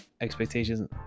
expectations